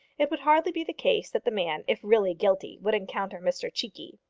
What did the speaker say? it would hardly be the case that the man, if really guilty, would encounter mr cheekey.